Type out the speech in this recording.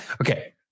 okay